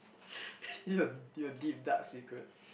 your~ your deep dark secret